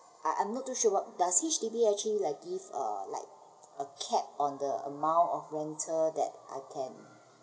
I I'm not too sure um does H_D_B actually like give uh like a capped amount or renal that I can